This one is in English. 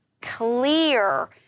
clear